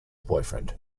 boyfriend